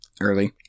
early